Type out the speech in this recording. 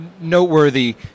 noteworthy